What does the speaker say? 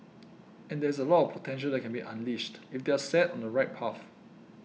and there is a lot of potential that can be unleashed if they are set on the right path